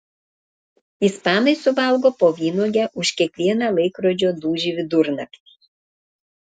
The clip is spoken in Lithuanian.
ispanai suvalgo po vynuogę už kiekvieną laikrodžio dūžį vidurnaktį